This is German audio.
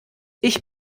ich